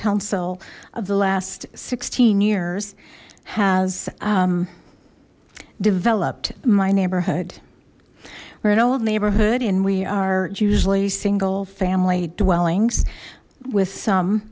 council of the last sixteen years has developed my neighborhood we're an old neighborhood and we are usually single family dwellings with some